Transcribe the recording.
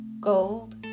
gold